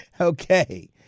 Okay